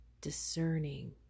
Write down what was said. Discerning